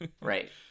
right